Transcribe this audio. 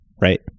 right